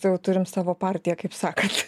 jau turim savo partiją kaip sakot